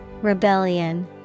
Rebellion